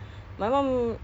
female